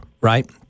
right